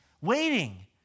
waiting